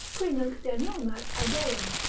qui nunc denormat agellum,